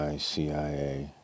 cia